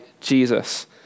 Jesus